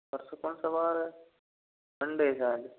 परसों कौन सा वार है संडे है शायद